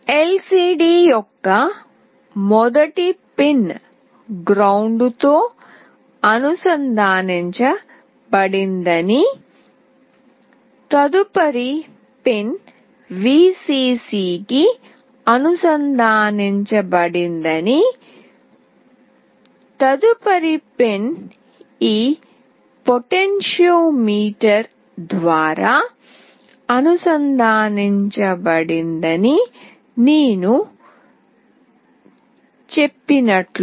LCD యొక్క మొదటి pin ground తో అనుసంధానించబడిందని తదుపరి పిన్ Vcc కి అనుసంధానించబడిందని తదుపరి పిన్ ఈ పొటెన్షియోమీటర్ ద్వారా అనుసంధానించబడిందని నేను చెప్పినట్లు